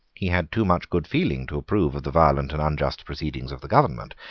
he had too much good feeling to approve of the violent and unjust proceedings of the government,